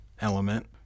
element